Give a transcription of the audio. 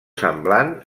semblant